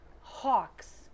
hawks